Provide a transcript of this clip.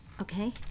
Okay